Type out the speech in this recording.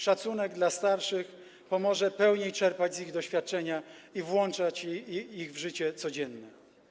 Szacunek dla starszych pomoże pełniej czerpać z ich doświadczenia i włączać ich w życie codzienne.